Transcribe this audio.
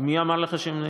מי אמר לך שהם נגד?